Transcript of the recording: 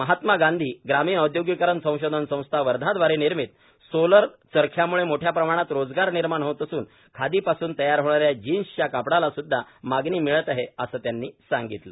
महात्मा गांधी ग्रामीण औद्योगीकरण संशोधन संस्था वर्धा दवारे निर्मित सोलर चरख्यांम्ळे मोठ्या प्रमाणात रोजगार निर्माण होत असून खादी पासून तयार होणाऱ्या जीन्सच्या कापडाला सुद्धा मागणी मिळत आहे असे गडकरी यांनी सांगितले